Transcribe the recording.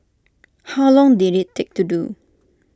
how long did IT take to do